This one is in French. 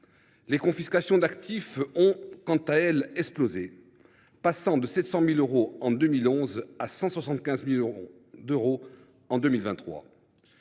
Les confiscations d’actifs ont, quant à elles, explosé, passant de 700 000 euros en 2011 à 175 millions d’euros en 2023.